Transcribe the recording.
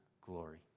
glory